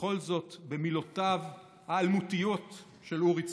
בכל זאת, במילותיו האלמותיות של אורי צבי,